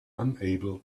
unable